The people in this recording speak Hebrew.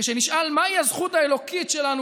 כשנשאל מהי הזכות האלוקית שלנו,